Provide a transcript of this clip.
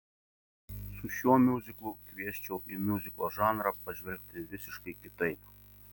su šiuo miuziklu kviesčiau į miuziklo žanrą pažvelgti visiškai kitaip